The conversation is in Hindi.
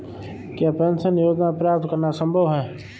क्या पेंशन योजना प्राप्त करना संभव है?